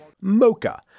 Mocha